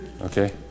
Okay